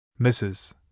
Mrs